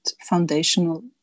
foundational